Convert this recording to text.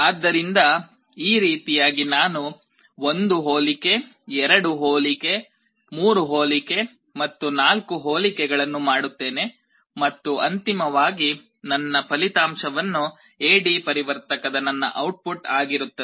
ಆದ್ದರಿಂದ ಈ ರೀತಿಯಾಗಿ ನಾನು 1 ಹೋಲಿಕೆ 2 ಹೋಲಿಕೆ 3 ಹೋಲಿಕೆ ಮತ್ತು 4 ಹೋಲಿಕೆಗಳನ್ನು ಮಾಡುತ್ತೇನೆ ಮತ್ತು ಅಂತಿಮವಾಗಿ ನನ್ನ ಫಲಿತಾಂಶವನ್ನು ಎ ಡಿ ಪರಿವರ್ತಕದ ನನ್ನ ಔಟ್ಪುಟ್ ಆಗಿರುತ್ತದೆ